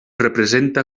representa